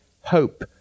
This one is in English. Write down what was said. hope